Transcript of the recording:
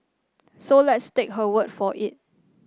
so let's take her word for it